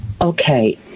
Okay